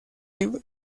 live